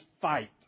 fight